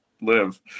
live